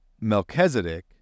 Melchizedek